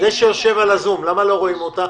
השר גם הנחה אותנו.